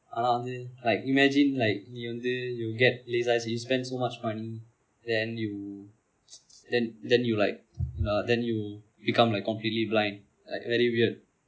ஆனா வந்து:aana vanthu like imagine like நீ வந்து:nee vanthu you get laser eye surgery spend so much money then you then then you like uh then you become like completely blind like very weird